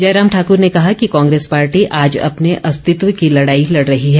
जयराम ठाक्र ने कहा कि कांग्रेस पार्टी आज अपर्न अस्तित्व की लड़ाई लड़ रही है